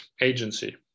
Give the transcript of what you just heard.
agency